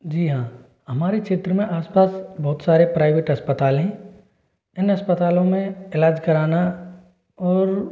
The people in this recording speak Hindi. जी हाँ हमारे क्षेत्र में आसपास बहुत सारे प्राइवेट अस्पताल हैं इन अस्पतालो में इलाज़ कराना और